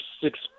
six